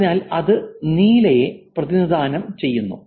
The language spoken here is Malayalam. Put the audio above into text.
അതിനാൽ അത് നീലയെ പ്രതിനിധാനം ചെയ്യുന്നു